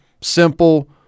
simple